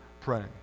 praying